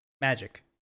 magic